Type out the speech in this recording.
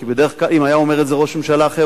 כי אם היה אומר את זה ראש ממשלה אחר,